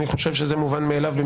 אני חושב שזה מובן מאליו.